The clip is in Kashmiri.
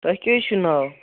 تۄہہِ کیٛاہ حظ چھُ ناو